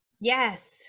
Yes